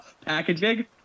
packaging